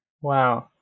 wow